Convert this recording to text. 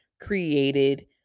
created